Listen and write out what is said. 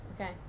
Okay